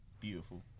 Beautiful